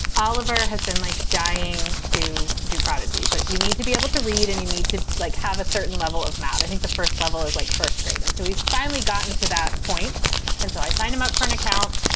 oliver has been like dying to do prodigy, but you need to be able to read and you need to like have a certain level of math. i think the first level is like first grade. and so he's finally gotten to that and so i sign him up for an account.